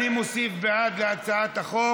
אני מוסיף בעד הצעת החוק